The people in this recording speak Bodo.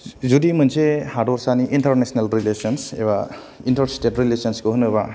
जुदि मोनसे हादरसानि इन्टारनेसनाल रिलेसनस एबा इन्टार स्टेत रिलेसनसखौ होनोबा